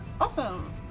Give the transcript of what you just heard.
awesome